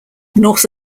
north